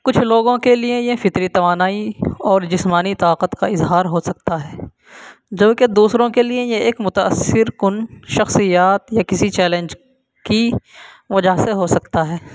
کچھ لوگوں کے لیے یہ فطری توانائی اور جسمانی طاقت کا اظہار ہو سکتا ہے جو کہ دوسروں کے لیے یہ ایک متاثر کن شخصیات یا کسی چیلنج کی وجہ سے ہو سکتا ہے